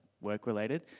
work-related